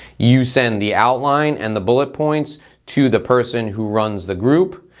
you send the outline and the bullet points to the person who runs the group,